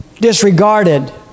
disregarded